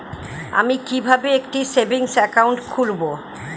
আমি কিভাবে একটি সেভিংস অ্যাকাউন্ট খুলব?